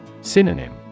Synonym